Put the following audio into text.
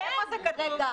איפה זה כתוב?